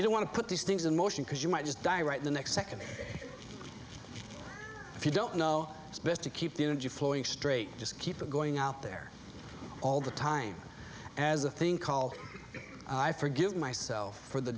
you don't want to put these things in motion because you might just die right the next second if you don't know it's best to keep the energy flowing straight just keep it going out there all the time as a thing called i forgive myself for the